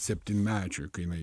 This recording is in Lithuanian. septynmečiui kai jinai